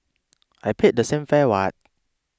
I paid the same fare what